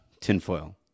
tinfoil